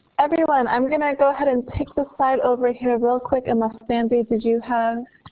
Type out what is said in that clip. everyone, i'm going to go ahead and pick this site over here real quick. unless, bambi, did you have